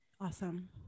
Awesome